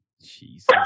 Jesus